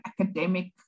academic